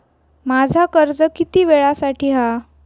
माझा कर्ज किती वेळासाठी हा?